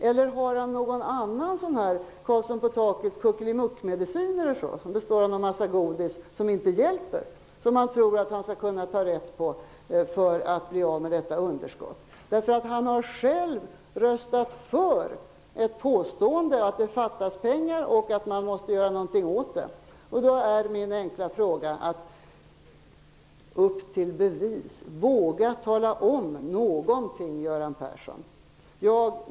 Eller skall han ta till någon annan sorts Karlsson på takets kuckelimuckmedicin, som består av en massa godis som inte hjälper, men som han tror att han skall kunna hitta för att bli av med detta underskott? Göran Persson har själv röstat för påståendet att det fattas pengar och att man måste göra någonting åt detta. Då vill jag säga: Upp till bevis! Våga tala om någonting, Göran Persson!